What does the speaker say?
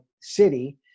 city